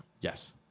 Yes